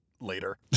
later